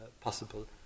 possible